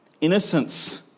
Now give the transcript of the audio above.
innocence